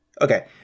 Okay